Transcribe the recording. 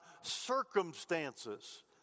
circumstances